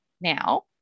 now